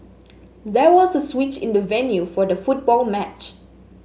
there was a switch in the venue for the football match